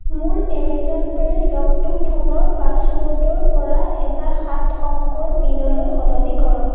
মোৰ এমেজন পে'ৰ ল'কটো ফোনৰ পাছৱৰ্ডৰ পৰা এটা সাত অংকৰ পিনলৈ সলনি কৰক